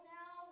now